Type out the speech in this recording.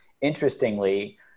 Interestingly